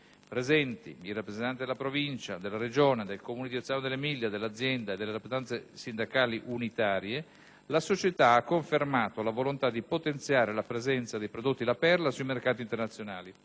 presenti i rappresentanti della Provincia di Bologna, della Regione Emilia Romagna, del Comune di Ozzano dell'Emilia, dell'azienda e delle rappresentanze sindacali unitarie, la società ha confermato la volontà di potenziare la presenza dei prodotti "La Perla" sui mercati internazionali